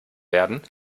werden